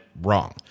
wrong